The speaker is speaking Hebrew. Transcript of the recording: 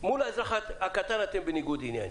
מול האזרח הקטן אתם בניגוד עניינים,